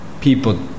people